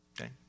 okay